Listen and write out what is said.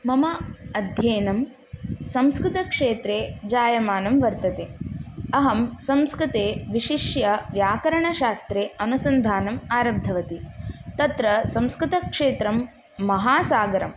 मम अध्ययनं संस्कृतक्षेत्रे जायमानं वर्तते अहं संस्कृते विशिष्य व्याकरणशास्त्रे अनुसन्धानम् आरब्धवती तत्र संस्कृतक्षेत्रं महासागरम्